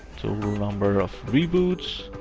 total number of reboots.